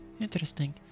Interesting